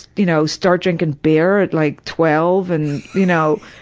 you know, start drinking beer at like twelve, and, you know.